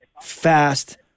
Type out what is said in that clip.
fast